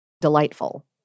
delightful